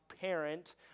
parent